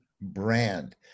brand